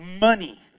money